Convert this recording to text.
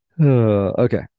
okay